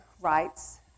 rights